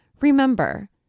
Remember